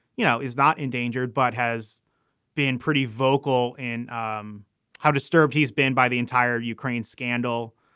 you know, is not endangered, but has been pretty vocal in um how disturbed he's been by the entire ukraine scandal.